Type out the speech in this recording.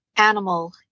animal